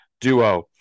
duo